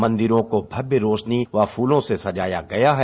मंदिरों को भव्य रोशनी व फूलों से सजाया गया है